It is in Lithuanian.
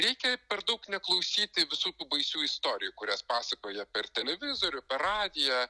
reikia per daug neklausyti visokių baisių istorijų kurias pasakoja per televizorių per radiją